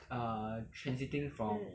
mm